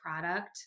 product